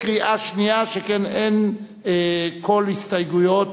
בקריאה שנייה, שכן אין כל הסתייגויות.